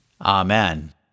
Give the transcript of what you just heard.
Amen